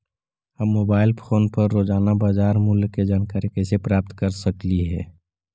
हम mobile phone पर रोजाना बाजार मूल्य के जानकारी कैसे प्राप्त कर सकली हे?